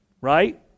right